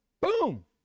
boom